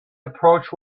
approach